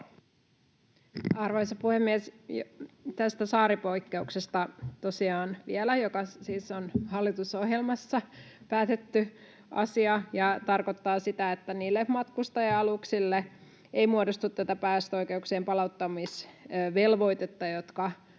Tosiaan vielä tästä saaripoikkeuksesta, joka siis on hallitusohjelmassa päätetty asia ja joka tarkoittaa sitä, että matkustaja-aluksille ei muodostu päästöoikeuksien palauttamisvelvoitetta